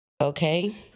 Okay